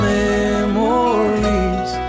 memories